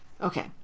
Okay